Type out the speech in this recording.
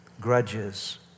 grudges